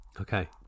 Okay